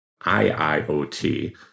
IIoT